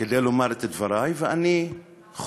כדי לומר את דברי, ואני חוזר